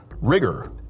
rigor